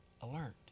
alert